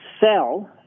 sell